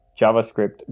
JavaScript